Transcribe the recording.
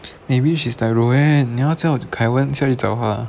maybe she's like roanne 你要叫 kai wen 叫你找他